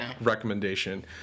recommendation